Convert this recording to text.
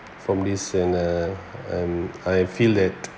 from this and uh and I have feel that